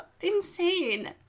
insane